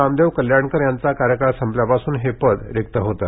नामदेव कल्याणकर यांचा कार्यकाळ संपल्यापासून हे पद रिक्त होतं